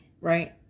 right